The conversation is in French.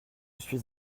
suis